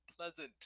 pleasant